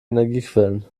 energiequellen